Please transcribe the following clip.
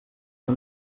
que